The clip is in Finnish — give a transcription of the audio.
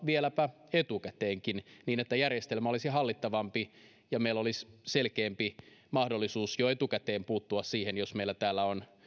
vieläpä etukäteenkin niin että järjestelmä olisi hallittavampi ja meillä olisi selkeämpi mahdollisuus jo etukäteen puuttua siihen jos meillä täällä on